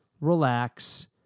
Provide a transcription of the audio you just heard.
Relax